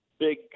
Big